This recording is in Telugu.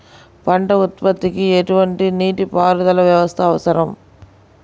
పంట ఉత్పత్తికి ఎటువంటి నీటిపారుదల వ్యవస్థ అవసరం?